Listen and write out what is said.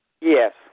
Yes